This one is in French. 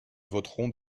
voterons